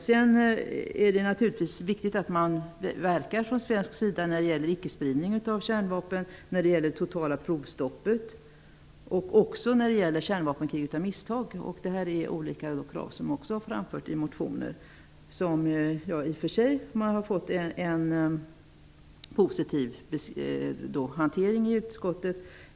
Det är naturligtvis viktigt att man från svensk sida verkar för icke-spridning av kärnvapen, att man gör något när det gäller det totala provstoppet och även när det gäller kärnvapenkrig av misstag. Detta är olika krav, som också har framförts i motioner, som i och för sig har fått en positiv hantering i utskottet.